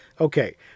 okay